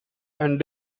and